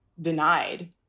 denied